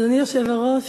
אדוני היושב-ראש,